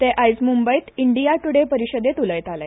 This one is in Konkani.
ते आयज मुंबयंत इंडिया ट्रडे परिशदेंत उलयताले